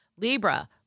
Libra